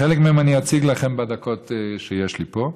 חלק מהם אני אציג לכם בדקות שיש לי פה.